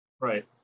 Right